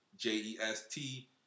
J-E-S-T